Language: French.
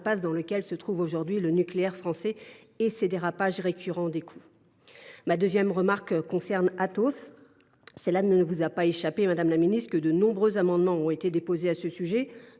dans laquelle se trouve aujourd’hui le nucléaire français et sur les dérapages récurrents de ses coûts. Ma seconde remarque concerne Atos. Il ne vous a pas échappé, madame la ministre, que de nombreux amendements, issus de tous